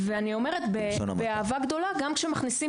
ואני אומרת באהבה גדולה גם כשמכניסים